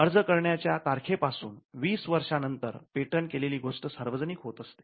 अर्ज करण्याच्या तारखे पासून वीस वर्षानंतर पेटंट केलेली गोष्ट सार्वजनिक होत असते